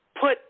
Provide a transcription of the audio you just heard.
put